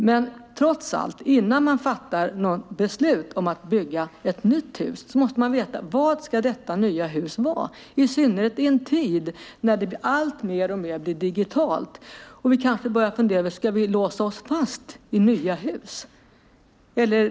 Men innan man fattar beslut om att bygga ett nytt hus måste man trots allt veta vad detta nya hus ska vara, i synnerhet i en tid när alltmer blir digitalt och vi kanske börjar funderar över om vi ska låsa oss fast i nya hus.